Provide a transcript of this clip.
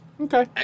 okay